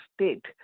state